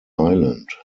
island